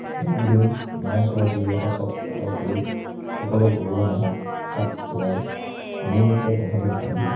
যাগ দি মহ চহ যি আছে চব আঁতৰ কৰি সকলো গৰু ম'হক হাত ফুৰাই ধুনীয়াকৈ গোহালিত বান্ধি